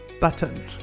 button